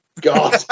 God